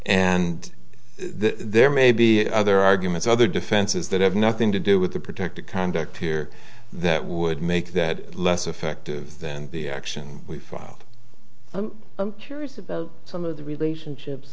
and there may be other arguments other defenses that have nothing to do with the protected conduct here that would make that less effective than the action we filed i'm curious about some of the relationships